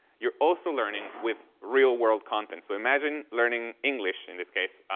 you're also learning with real world content. so imagine learning english, in this case,